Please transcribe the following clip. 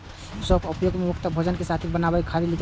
सौंफक उपयोग मुख्यतः भोजन कें सुगंधित बनाबै खातिर कैल जाइ छै